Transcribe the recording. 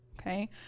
okay